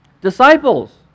Disciples